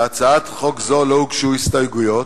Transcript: להצעת חוק זו לא הוגשו הסתייגויות.